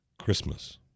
Christmas